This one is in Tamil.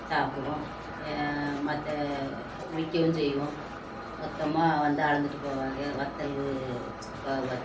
சாப்பிடுவோம் மற்ற எடுத்து விற்கவும் செய்வோம் மொத்தமாக வந்து அளந்துட்டு போவாங்க வத்தல் வ வ